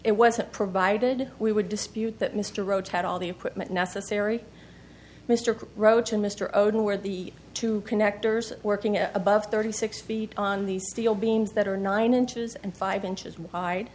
it wasn't provided we would dispute that mr roach had all the equipment necessary mr roach and mr oden were the two connectors working at above thirty six feet on these steel beams that are nine inches and five inches wide